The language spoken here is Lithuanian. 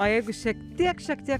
o jeigu šiek tiek šiek tiek